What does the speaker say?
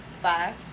Five